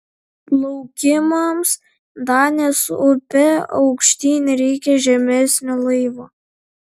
plaukimams danės upe aukštyn reikia žemesnio laivo